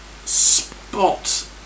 Spot